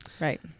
Right